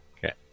Okay